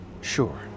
Sure